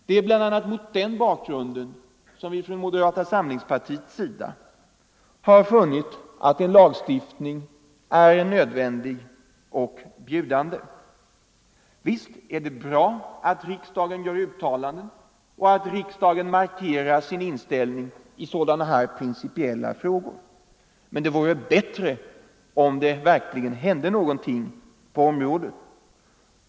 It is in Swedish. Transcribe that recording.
Det är bl.a. mot den bakgrunden som vi från moderata samlingspartiets sida har funnit att en lagstiftning är nödvändig. Visst är det bra att riksdagen gör uttalanden och markerar sin inställning i sådana här principiella frågor, men det vore bättre om det verkligen hände någonting på området.